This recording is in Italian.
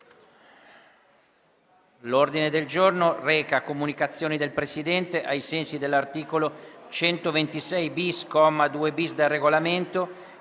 L'ordine del giorno reca comunicazione del Presidente, ai sensi dell'articolo 126-*bis*, comma 2-*bis*, del Regolamento,